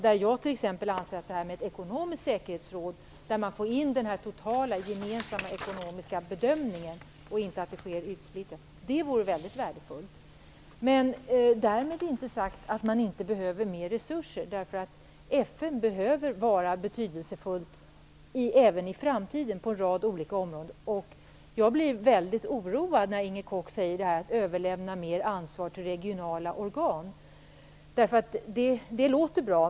Jag anser t.ex. att ett ekonomiskt säkerhetsråd, där man får en total och gemensam ekonomisk bedömning, inte en uppsplittrad sådan, vore mycket värdefullt. Det är därmed inte sagt att man inte behöver mer resurser. FN måste vara betydelsefullt även i framtiden på en rad olika områden. Jag blir väldigt oroad när Inger Koch här säger att man skall överlämna mer ansvar till regionala organ. Det låter bra.